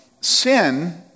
sin